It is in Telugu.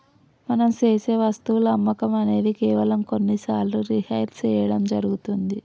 మనం సేసె వస్తువుల అమ్మకం అనేది కేవలం కొన్ని సార్లు రిహైర్ సేయడం జరుగుతుంది